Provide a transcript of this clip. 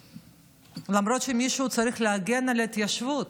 למרות שמישהו צריך להגן על ההתיישבות.